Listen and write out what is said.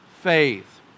faith